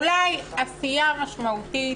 אולי עשייה משמעותית,